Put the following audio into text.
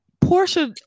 Portia